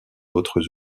autres